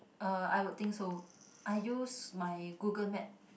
uh I would think so I use my Google Map